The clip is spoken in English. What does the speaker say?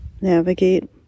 navigate